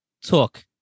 took